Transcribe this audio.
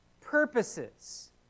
purposes